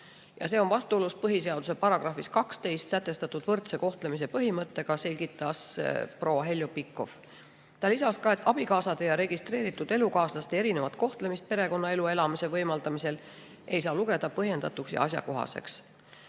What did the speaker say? Ja see on vastuolus põhiseaduse §-s 12 sätestatud võrdse kohtlemise põhimõttega, selgitas proua Heljo Pikhof. Ta lisas ka, et abikaasade ja registreeritud elukaaslaste erinevat kohtlemist perekonnaelu elamise võimaldamisel ei saa lugeda põhjendatuks ja asjakohaseks. Arutelu